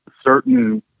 certain